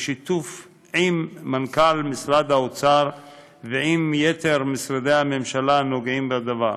בשיתוף עם מנכ"ל משרד האוצר ועם יתר משרדי הממשלה הנוגעים בדבר.